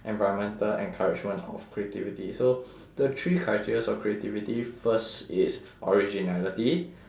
environmental encouragement of creativity so the three criterias of creativity first is originality